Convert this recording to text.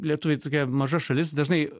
lietuviai tokia maža šalis dažnai